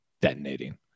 detonating